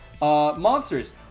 Monsters